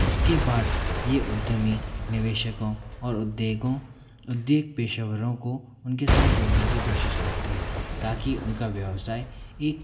उसके बाद ये उद्यमी निवेशकों और उद्योगों उद्योग पेशेवरों को उनके साथ जोड़ने की कोशिश करते हैं ताकि उनका व्यवसाय एक